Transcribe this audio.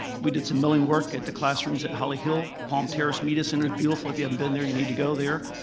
we did some milling work at the classrooms at holly hill. palm terrace media center is beautiful. if you haven't um been there you need to go there.